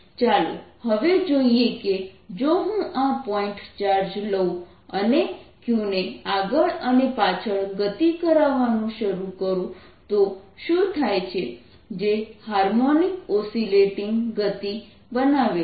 ચાલો હવે જોઈએ કે જો હું આ પોઇન્ટ ચાર્જ લઉં અને q ને આગળ અને પાછળ ગતિ કરાવાનું શરૂ કરું તો શું થાય છે જે હાર્મોનિક ઓસીલેટીંગ ગતિ બનાવે છે